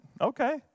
okay